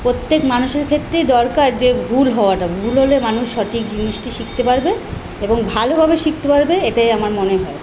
প্রত্যেক মানুষের ক্ষেত্রেই দরকার যে ভুল হওয়াটা ভুল হলে মানুষ সটিক জিনিসটি শিখতে পারবে এবং ভালোভাবে শিখতে পারবে এটাই আমার মনে হয়